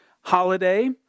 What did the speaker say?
holiday